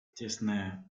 тесная